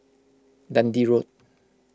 Dundee Road